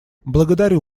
благодарю